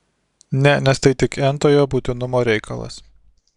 ne nes tai tik n tojo būtinumo reikalas